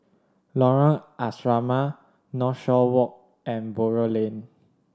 Lorong Asrama Northshore Walk and Buroh Lane